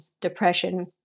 depression